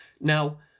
Now